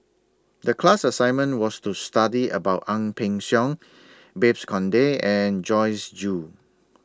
The class assignment was to study about Ang Peng Siong Babes Conde and Joyce Jue